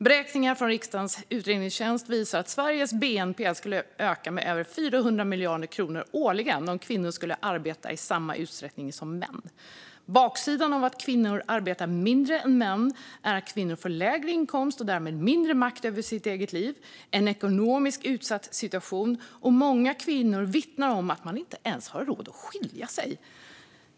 Beräkningar från riksdagens utredningstjänst visar att Sveriges bnp skulle öka med över 400 miljarder kronor årligen om kvinnor arbetade i samma utsträckning som män. Baksidan av att kvinnor arbetar mindre än män är att kvinnor får lägre inkomst och därmed mindre makt över sitt eget liv och en ekonomiskt utsatt situation. Många kvinnor vittnar också om att de inte ens har råd att skilja sig.